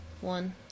one